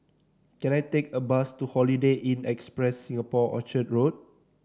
can I take a bus to Holiday Inn Express Singapore Orchard Road